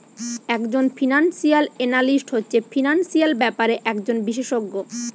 একজন financial analyst হচ্ছে financial ব্যাপারে একজন বিশেষজ্ঞ